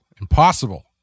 Impossible